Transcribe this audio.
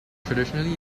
traditionally